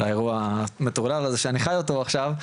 לאירוע המטורלל הזה שאני חי אותו עכשיו,